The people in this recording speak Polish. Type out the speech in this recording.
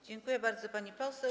Dziękuję bardzo, pani poseł.